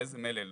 באיזה מלל,